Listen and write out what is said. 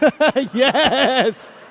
Yes